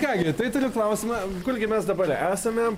ką gi tai turiu klausimą kurgi mes dabar esame